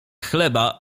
chleba